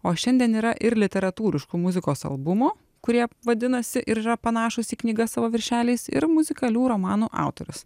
o šiandien yra ir literatūriškų muzikos albumų kurie vadinasi ir yra panašūs į knygas savo viršeliais ir muzikalių romanų autorius